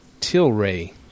Tilray